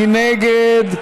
מי נגד?